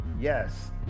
yes